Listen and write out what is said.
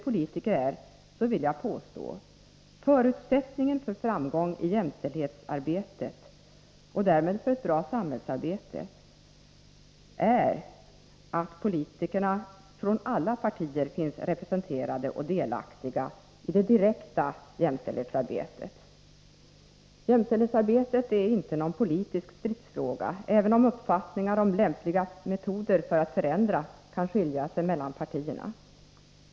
Politiker är, vill jag påstå att förutsättningen för framgång i jämställdhetsar betet och därmed för ett bra samhällsarbete är att politiker från alla partier finns representerade i och är delaktiga av det direkta jämställdhetsarbetet. Jämställdhetsarbetet är inte någon politisk stridsfråga, även om uppfattningarna om lämpliga metoder för att förändra kan skilja sig mellan partierna.